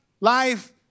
life